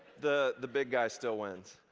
the the big guy still wins.